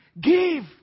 Give